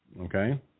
okay